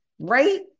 right